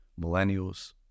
millennials